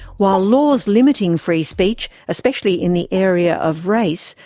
while laws limiting free speech, especially in the area of race,